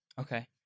okay